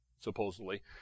Supposedly